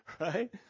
right